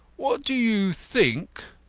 what do you think,